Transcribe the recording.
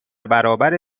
برابر